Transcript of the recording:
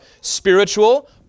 spiritual